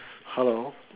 hello